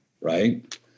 right